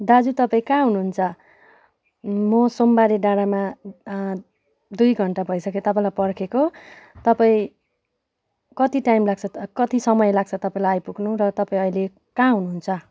दाजु तपाईँ कहाँ हुनुहुन्छ म सोमबारे डाँडामा दुई घन्टा भइसक्यो तपाईँलाई पर्खेको तपाईँ कति टाइम लाग्छ कति समय लाग्छ तपाईँलाई आइपुग्नु र तपाईँ अहिले कहाँ हुनुहुन्छ